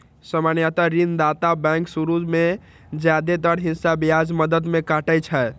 सामान्यतः ऋणदाता बैंक शुरू मे जादेतर हिस्सा ब्याज मद मे काटै छै